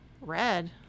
red